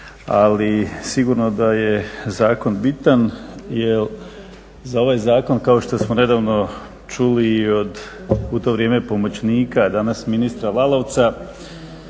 ali sigurno da je zakon bitan jel za ovaj zakon kao što smo nedavno čuli i od u to vrijeme pomoćnika, a dana ministra Lalovca,